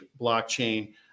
blockchain